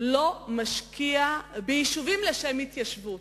לא משקיע ביישובים לשם התיישבות.